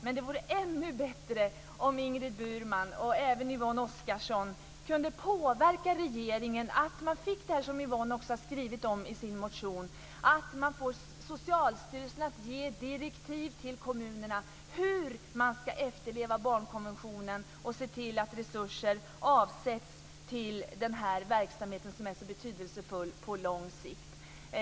Men det vore ännu bättre om Ingrid Burman och även Yvonne Oscarsson kunde påverka regeringen så att man får Socialstyrelsen att, som Yvonne Oscarsson också har skrivit i sin motion, ge direktiv till kommunerna hur man ska efterleva barnkonventionen och se till att resurser avsätts till den här verksamheten som är så betydelsefull på lång sikt.